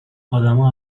آدما